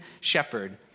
shepherd